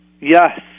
Yes